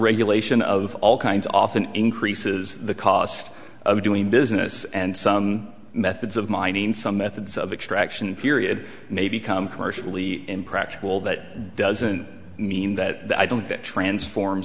regulation of all kinds often increases the cost of doing business and some methods of mining some methods of extraction period may become commercially impractical that doesn't mean that i don't fish transform